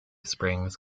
springs